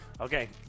Okay